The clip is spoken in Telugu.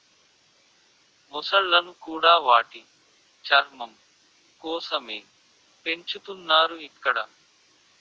మొసళ్ళను కూడా వాటి చర్మం కోసమే పెంచుతున్నారు ఇక్కడ